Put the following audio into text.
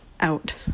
out